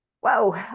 whoa